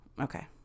Okay